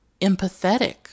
empathetic